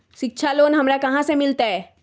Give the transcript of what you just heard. शिक्षा लोन हमरा कहाँ से मिलतै?